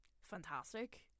fantastic